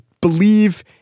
believe